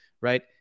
right